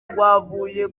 rwavuye